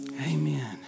Amen